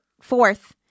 fourth